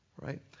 Right